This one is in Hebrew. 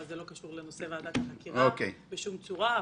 אבל זה לא קשור לנושא ועדת החקירה בשום צורה.